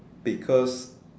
because